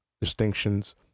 distinctions